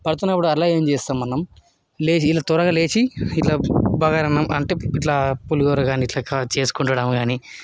పడుతున్నప్పుడు అలా ఏం చేస్తాం మనం లేచి వీళ్లు త్వరగా లేచి ఎలా బగార అన్నం అంటే ఇట్లా పులిహోర కాని ఇట్లా చేసుకుండటం కానీ